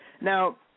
Now